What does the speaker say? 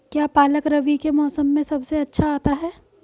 क्या पालक रबी के मौसम में सबसे अच्छा आता है?